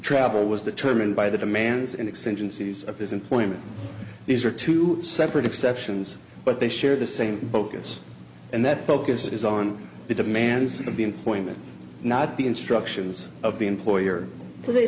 travel was determined by the demands and extension c's of his employment these are two separate exceptions but they share the same focus and that focus is on the demands of the employment not the instructions of the employer so they